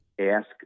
Ask